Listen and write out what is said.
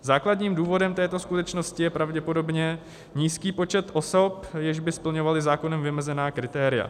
Základním důvodem této skutečnosti je pravděpodobně nízký počet osob, jež by splňovaly zákonem vymezená kritéria.